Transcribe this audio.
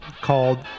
called